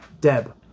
Deb